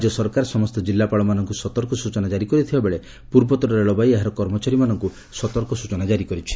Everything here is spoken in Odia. ରାଜ୍ୟ ସରକାର ସମସ୍ତ ଜିଲ୍ଲାପାଳମାନଙ୍କୁ ସତର୍କ ସୂଚନା କାରି କରିଥିବାବେଳେ ପୂର୍ବତଟ ରେଳବାଇ ଏହାର କର୍ମଚାରୀମାନଙ୍କୁ ସତର୍କ ସ୍ଚନା ଜାରି କରିଛି